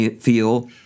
feel